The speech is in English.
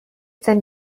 and